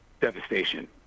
devastation